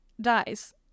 dies